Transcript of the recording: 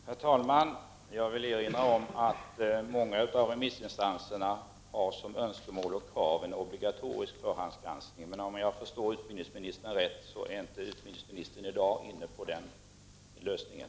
Herr talman! Jag vill erinra om att många av remissinstanserna har som önskemål och krav en obligatorisk förhandsgranskning. Men om jag förstår utbildningsministern rätt, är han inte i dag inne på den lösningen.